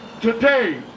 today